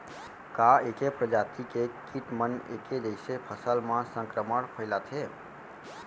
का ऐके प्रजाति के किट मन ऐके जइसे फसल म संक्रमण फइलाथें?